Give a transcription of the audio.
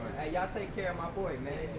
y'all take care of my boy man,